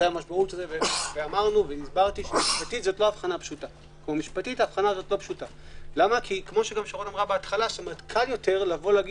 הסברתי שמשפטית זה לא הבחנה פשוטה כי קל יותר לומר: